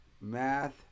Math